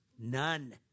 None